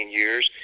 years